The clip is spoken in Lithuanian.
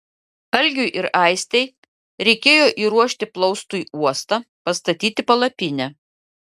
algiui ir aistei reikėjo įruošti plaustui uostą pastatyti palapinę